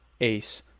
Ace